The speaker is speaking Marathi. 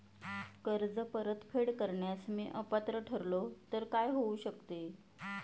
कर्ज परतफेड करण्यास मी अपात्र ठरलो तर काय होऊ शकते?